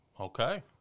Okay